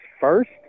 first